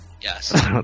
yes